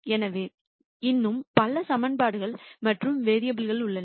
எனவே இன்னும் பல சமன்பாடுகள் மற்றும் வேரியபுல் உள்ளன